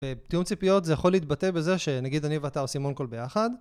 בתיאום ציפיות זה יכול להתבטא בזה שנגיד אני ואתה עושים און-קול ביחד